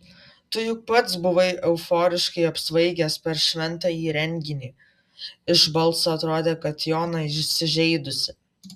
tu juk pats buvai euforiškai apsvaigęs per šventąjį reginį iš balso atrodė kad jona įsižeidusi